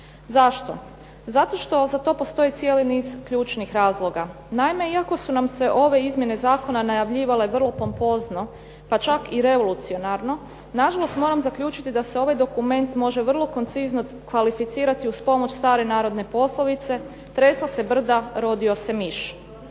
Zašto? Zato što za to postoji cijeli niz ključnih razloga. Naime, iako su nam se ove izmjene zakona najavljivale vrlo pompozno, pa čak i revolucionarno, na žalost moram zaključiti da se ovaj dokument može vrlo koncizno kvalificirati uz pomoć stare narodne poslovice “tresla se brda, rodio se miš“.